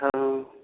हँ